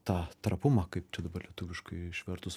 tą trapumą kaip čia lietuviškai išvertus